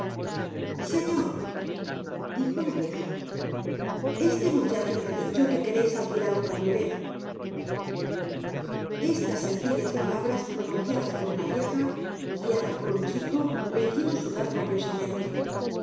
señor dijo la vieja este muchacho me ha dicho que quereis alquilar un cabriolé estas sencillas palabras pronunciadas poruna vieja guiada por un chico le hicieron sudar copiosamente